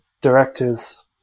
directors